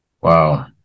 Wow